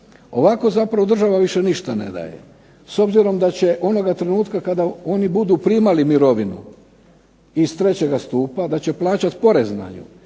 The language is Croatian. Ovako zapravo država više ništa ne daje. S obzirom da će onoga trenutka kada oni budu primali mirovinu iz trećega stupa da će plaćati porez na nju.